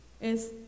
es